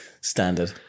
standard